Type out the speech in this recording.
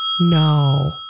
No